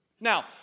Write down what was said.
Now